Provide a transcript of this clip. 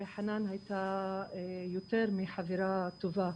חנאן הייתה יותר מחברה טובה,